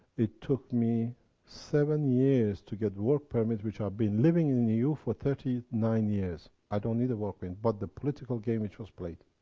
it took me seven years, to get work permit, which, i have been living in eu for thirty nine years. i don't need a work permit, but the political game which was played.